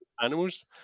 animals